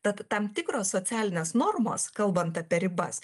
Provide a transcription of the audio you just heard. tad tam tikros socialinės normos kalbant apie ribas